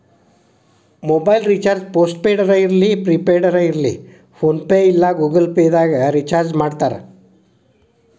mobile recharge post ಪೇಡರ ಇರ್ಲಿ prepaid ಇರ್ಲಿ ಫೋನ್ಪೇ ಇಲ್ಲಾ ಗೂಗಲ್ ಪೇದಾಗ್ ರಿಚಾರ್ಜ್ಮಾಡ್ತಾರ